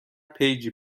پیجی